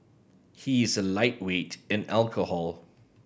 he is a lightweight in alcohol